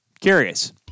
Curious